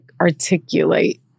articulate